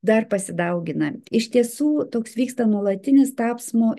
dar pasidaugina iš tiesų toks vyksta nuolatinis tapsmo